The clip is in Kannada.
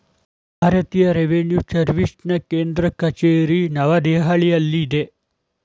ಭಾರತೀಯ ರೆವಿನ್ಯೂ ಸರ್ವಿಸ್ನ ಕೇಂದ್ರ ಕಚೇರಿ ನವದೆಹಲಿಯಲ್ಲಿದೆ